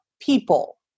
people